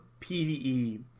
PVE